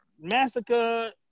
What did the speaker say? massacre